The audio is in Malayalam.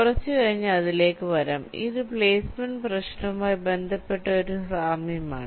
കുറച്ച് കഴിഞ്ഞ് അതിലേക്ക് വരാം ഇത് പ്ലേസ്മെന്റ് പ്രശ്നവുമായി ബന്ധപ്പെട്ട ഒരു സാമ്യമാണ്